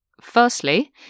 Firstly